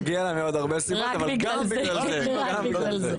מגיע לה בגלל עוד הרבה סיבות אבל גם בגלל זה.